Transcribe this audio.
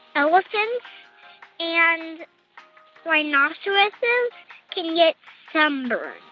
elephants and rhinoceroses can get sunburned.